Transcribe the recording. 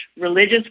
religious